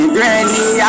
Granny